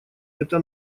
это